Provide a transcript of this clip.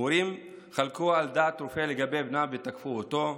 הורים חלקו על דעת רופא לגבי בנם ותקפו אותו,